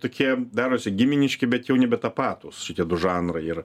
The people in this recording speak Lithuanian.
tokie darosi giminiški bet jau nebe tapatūs šitie du žanrai ir